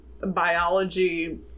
biology